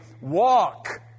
walk